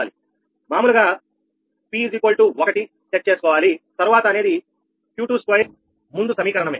మామూలుగా set P1 తరువాత అనేది Q22 ముందు సమీకరణ మే